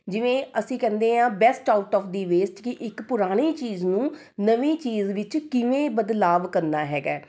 ਜਿਵੇਂ ਅਸੀਂ ਕਹਿੰਦੇ ਹੈ best out of the waste ਕਿ ਇੱਕ ਪੁਰਾਣੀ ਚੀਜ਼ ਨੂੰ ਨਵੀਂ ਚੀਜ਼ ਵਿੱਚ ਕਿਵੇਂ ਬਦਲਾਵ ਕਰਨਾ ਹੈਗਾ